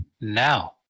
Now